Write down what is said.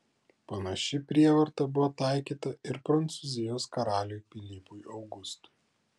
panaši prievarta buvo taikyta ir prancūzijos karaliui pilypui augustui